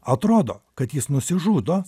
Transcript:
atrodo kad jis nusižudo